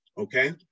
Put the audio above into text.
Okay